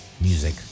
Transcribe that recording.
music